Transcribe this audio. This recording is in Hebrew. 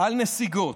על נסיגות,